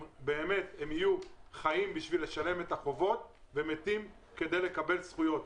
הם יחיו כדי לשלם את החובות ומתים כדי לקבל זכויות.